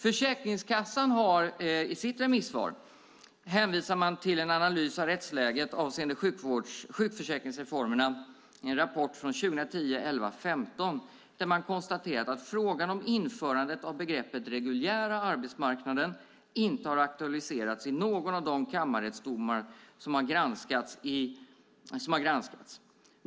Försäkringskassan hänvisar i sitt remissvar till en analys av rättsläget avseende sjukförsäkringsreformerna i en rapport från den 15 november 2010 där man konstaterat att frågan om införandet av begreppet "reguljära arbetsmarknaden" inte har aktualiserats i någon av de kammarrättsdomar som har granskats.